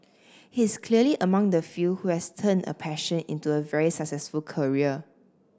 he is clearly among the few who has turned a passion into a very successful career